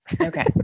Okay